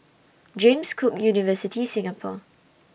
James Cook University Singapore